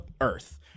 earth